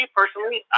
personally